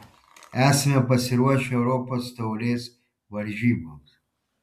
esame pasiruošę europos taurės varžyboms